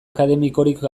akademikorik